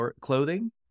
clothing